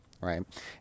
Right